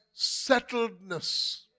settledness